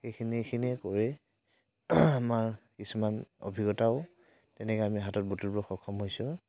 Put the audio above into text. এইখিনি এইখিনিয়ে কৰি আমাৰ কিছুমান অভিজ্ঞতাও তেনেকৈ আমি হাতত বুটলিবলৈ সক্ষম হৈছোঁ